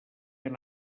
han